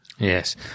Yes